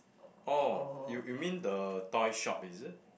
oh you you mean the toy shop is it